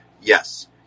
yes